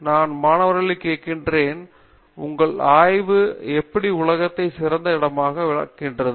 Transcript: நான் மாணவர்களைக் கேட்கிறேன் உங்கள் ஆய்வு எப்படி உலகத்தை சிறந்த இடமாக ஆக்குகிறது